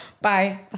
Bye